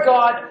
God